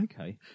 Okay